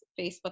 Facebook